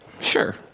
Sure